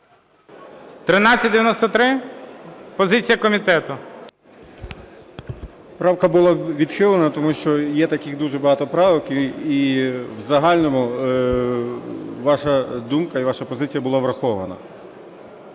13:04:40 МАРУСЯК О.Р. Правка була відхилена, тому що є таких дуже багато правок, і в загальному ваша думка і ваша позиція була врахована.